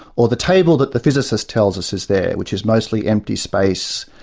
or the table that the physicist tells us is there, which is mostly empty space?